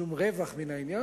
שום רווח מהעניין.